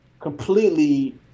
completely